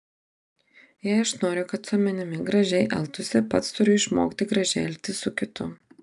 jei aš noriu kad su manimi gražiai elgtųsi pats turiu išmokti gražiai elgtis su kitu